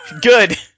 Good